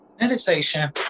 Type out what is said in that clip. Meditation